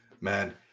Man